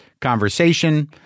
conversation